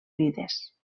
vides